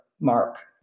mark